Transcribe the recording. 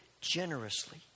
generously